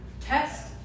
test